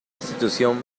institución